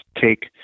take